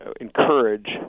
encourage